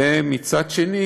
ולצדה,